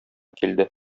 килде